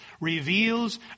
reveals